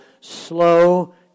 slow